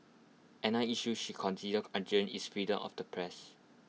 another issue she considers urgent is freedom of the press